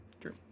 True